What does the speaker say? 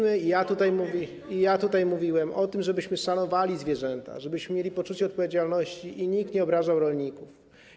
My mówimy i ja tutaj mówiłem o tym, żebyśmy szanowali zwierzęta, żebyśmy mieli poczucie odpowiedzialności, i nikt nie obrażał rolników.